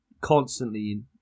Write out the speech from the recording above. constantly